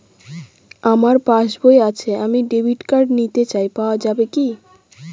আমার পাসবই আছে আমি ডেবিট কার্ড নিতে চাই পাওয়া যাবে কি?